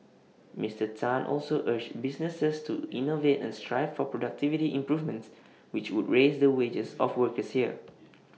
Mister Tan also urged businesses to innovate and strive for productivity improvements which would raise the wages of workers here